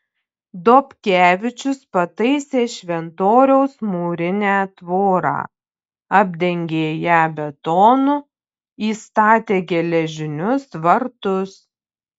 dobkevičius pataisė šventoriaus mūrinę tvorą apdengė ją betonu įstatė geležinius vartus